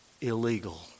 illegal